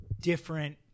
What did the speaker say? different